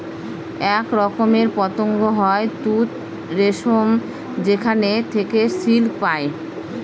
এক রকমের পতঙ্গ হয় তুত রেশম যেখানে থেকে সিল্ক পায়